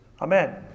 Amen